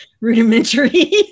rudimentary